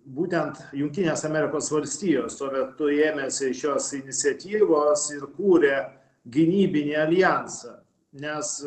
būtent jungtinės amerikos valstijos tuo metu ėmėsi šios iniciatyvos ir kūrė gynybinį aljansą nes